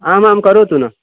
आमां करोतु न